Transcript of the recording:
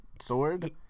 sword